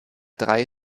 drei